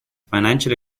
financial